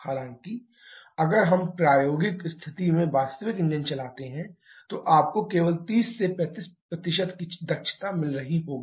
हालाँकि अगर हम प्रायोगिक स्थिति में वास्तविक इंजन चलाते हैं तो आपको केवल 30 से 35 की दक्षता मिल रही होगी